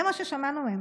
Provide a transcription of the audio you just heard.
זה מה ששמענו מהם.